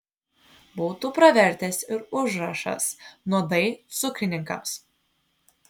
būtų pravertęs ir užrašas nuodai cukrininkams